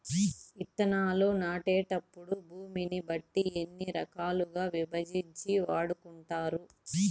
విత్తనాలు నాటేటప్పుడు భూమిని బట్టి ఎన్ని రకాలుగా విభజించి వాడుకుంటారు?